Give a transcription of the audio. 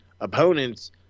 opponents